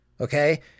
Okay